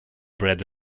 bread